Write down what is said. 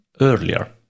earlier